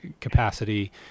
capacity